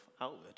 outward